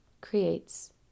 creates